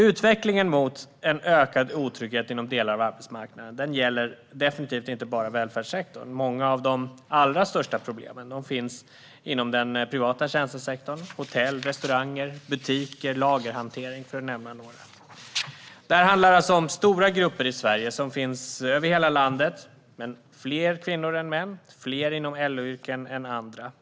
Utvecklingen mot en ökad otrygghet inom delar av arbetsmarknaden gäller dock inte bara välfärdssektorn; många av de allra största problemen finns inom den privata tjänstesektorn - på hotell och restauranger, i butiker och inom lagerhantering, för att nämna några. Det handlar alltså om stora grupper i Sverige, och de finns över hela landet. Det är dock fler kvinnor än män och fler inom LO-yrken än inom andra yrken.